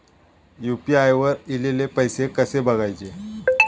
UPI वर ईलेले पैसे कसे बघायचे?